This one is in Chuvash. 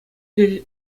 тӗл